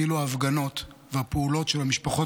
כאילו ההפגנות והפעולות של משפחות